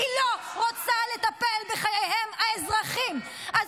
-- היא לא רוצה לטפל בחייהם האזרחיים -- כי יש מחנות פליטים,